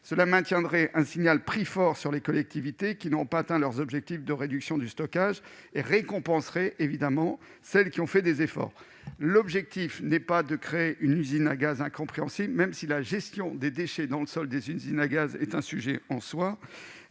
Cela maintiendrait un fort signal prix sur les collectivités qui n'ont pas atteint leurs objectifs de réduction du stockage et récompenserait celles qui ont fait des efforts. L'objectif n'est pas de créer une usine à gaz incompréhensible, même si la gestion des déchets des usines à gaz est un sujet en soi